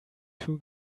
two